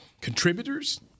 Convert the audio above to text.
Contributors